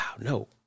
No